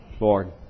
Lord